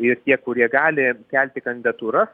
ir tie kurie gali kelti kandidatūras